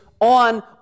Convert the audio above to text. on